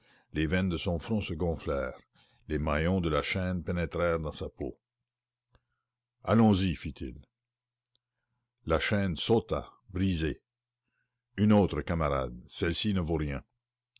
les veines de son front se gonflèrent allons-y fit-il la chaîne sauta brisée une autre camarades celle-ci ne vaut rien